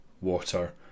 water